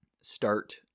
start